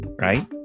right